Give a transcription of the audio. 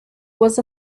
was